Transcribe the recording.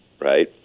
right